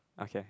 okay